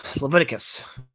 Leviticus